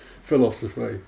philosophy